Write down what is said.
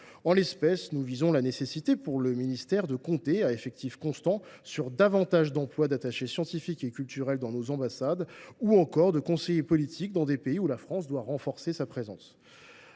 En l’espèce, nous visons la nécessité pour le ministère de compter, à effectifs constants, sur davantage d’emplois d’attaché scientifique et culturel dans nos ambassades ou encore de conseiller politique dans des pays où la France doit renforcer sa présence.